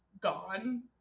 gone